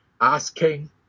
asking